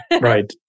Right